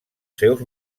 seus